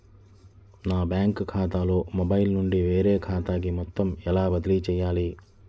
నా బ్యాంక్ ఖాతాలో మొబైల్ నుండి వేరే ఖాతాకి మొత్తం ఎలా బదిలీ చేయాలి?